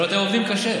הרי אתם עובדים קשה.